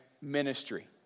ministry